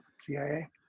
CIA